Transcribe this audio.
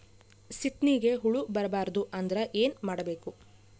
ಸೀತ್ನಿಗೆ ಹುಳ ಬರ್ಬಾರ್ದು ಅಂದ್ರ ಏನ್ ಮಾಡಬೇಕು?